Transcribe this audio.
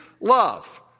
love